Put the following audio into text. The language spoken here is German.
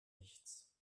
nichts